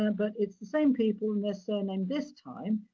and but, it's the same people, and their surname this time,